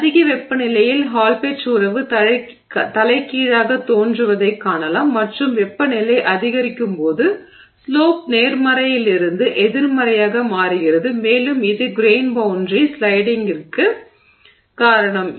எனவே அதிக வெப்பநிலையில் ஹால் பெட்ச் உறவு தலைகீழாகத் தோன்றுவதைக் காணலாம் மற்றும் வெப்பநிலை அதிகரிக்கும் போது ஸ்லோப் நேர்மறையிலிருந்து எதிர்மறையாக மாறுகிறது மேலும் இது கிரெய்ன் பௌண்டரி ஸ்லைடிங்கிற்குக் காரணம்